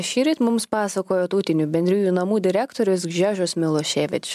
šįryt mums pasakojo tautinių bendrijų namų direktorius gžežož miloševič